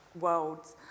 worlds